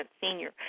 senior